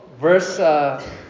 Verse